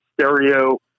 stereo